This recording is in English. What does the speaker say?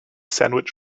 sandwich